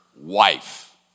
wife